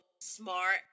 smart